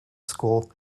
school